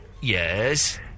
yes